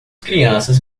crianças